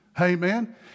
Amen